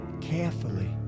carefully